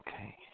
okay